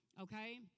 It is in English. okay